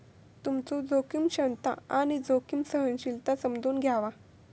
तुमचो जोखीम क्षमता आणि जोखीम सहनशीलता समजून घ्यावा